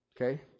Okay